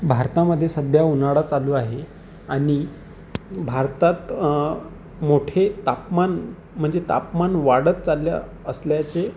भारतामध्ये सध्या उन्हाळा चालू आहे आणि भारतात मोठे तापमान म्हणजे तापमान वाढत चालले असल्याचे